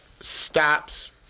stops